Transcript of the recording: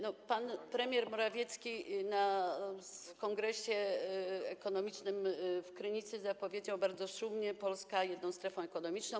No, pan premier Morawiecki na kongresie ekonomicznym w Krynicy zapowiedział bardzo szumnie: Polska jedną strefą ekonomiczną.